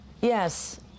Yes